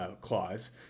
Clause